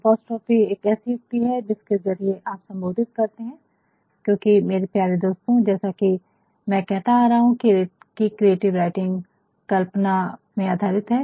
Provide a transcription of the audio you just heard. apostrophe एक ऐसी युक्ति है जिसके ज़रिये आप सम्बोधित करते है क्योकि मेरे प्यारे दोस्तों जैसा की मैं कहता आ रहा हूँ क्रिएटिव राइटिंग कल्पना में आधारित है